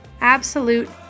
absolute